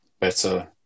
better